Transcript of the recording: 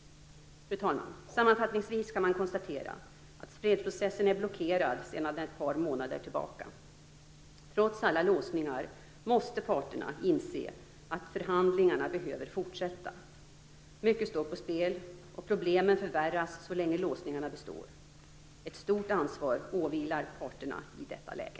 Sammanfattningsvis kan man konstatera att fredsprocessen är blockerad sedan ett par månader tillbaka. Trots alla låsningar måste parterna inse att förhandlingarna behöver fortsätta. Mycket står på spel, och problemen förvärras så länge låsningarna består. Ett stort ansvar åvilar parterna i detta läge.